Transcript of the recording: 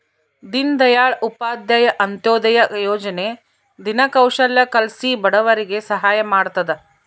ದೀನ್ ದಯಾಳ್ ಉಪಾಧ್ಯಾಯ ಅಂತ್ಯೋದಯ ಯೋಜನೆ ದಿನ ಕೌಶಲ್ಯ ಕಲ್ಸಿ ಬಡವರಿಗೆ ಸಹಾಯ ಮಾಡ್ತದ